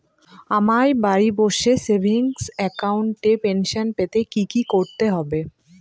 আমায় বাড়ি বসে সেভিংস অ্যাকাউন্টে পেনশন পেতে কি কি করতে হবে?